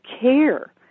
care